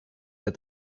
that